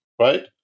right